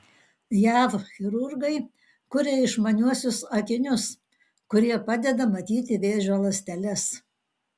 jav chirurgai kuria išmaniuosius akinius kurie padeda matyti vėžio ląsteles